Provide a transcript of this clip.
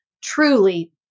truly